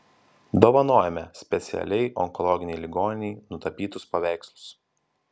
dovanojame specialiai onkologinei ligoninei nutapytus paveikslus